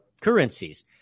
currencies